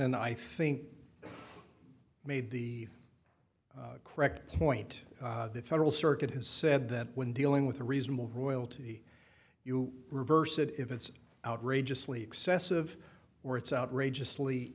anderson i think i made the correct point the federal circuit has said that when dealing with a reasonable royalty you reverse it if it's outrageously excessive or it's outrageously